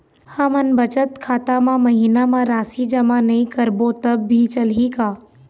हमन बचत खाता मा महीना मा राशि जमा नई करबो तब भी चलही का?